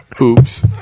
Oops